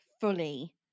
fully